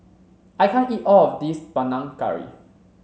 I can't eat all of this Panang Curry